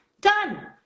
Done